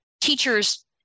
teachers